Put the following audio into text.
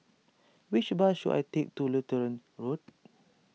which bus should I take to Lutheran Road